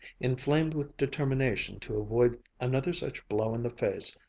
inflamed with determination to avoid another such blow in the face,